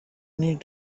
need